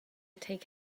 take